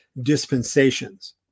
dispensations